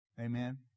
Amen